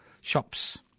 shops